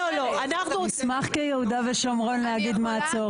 נשמח כיהודה ושומרון להגיד מה הצורך.